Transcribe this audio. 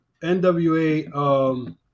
NWA